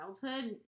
childhood